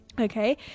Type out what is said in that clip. Okay